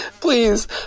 please